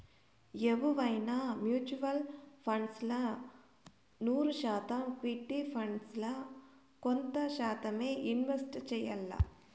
ఎవువైనా mutual funds ల నూరు శాతం ఈక్విటీ ఫండ్స్ ల కొంత శాతమ్మే ఇన్వెస్ట్ చెయ్యాల్ల